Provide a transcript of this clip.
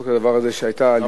שהיתה עלייה,